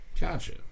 Gotcha